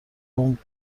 اون